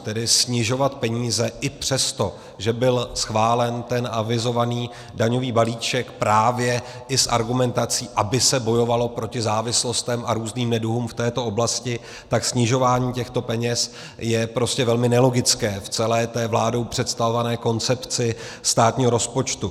Tedy snižovat peníze i přesto, že byl schválen ten avizovaný daňový balíček právě i s argumentací, aby se bojovalo proti závislostem a různým neduhům v této oblasti, tak snižování těchto peněz je prostě velmi nelogické v celé té vládou představované koncepci státního rozpočtu.